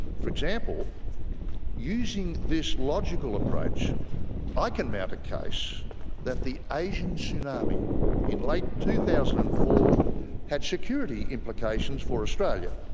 for example using this logical approach i can mount a case that the asian tsunami in late two thousand and four had security implications for australia,